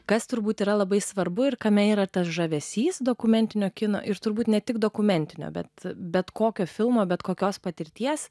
kas turbūt yra labai svarbu ir kame yra tas žavesys dokumentinio kino ir turbūt ne tik dokumentinio bet bet kokio filmo bet kokios patirties